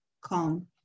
Calm